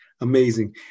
Amazing